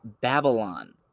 Babylon